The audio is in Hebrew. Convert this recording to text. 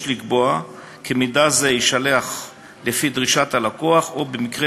יש לקבוע כי מידע זה יישלח לפי דרישת הלקוח או במקרה